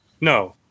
No